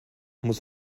muss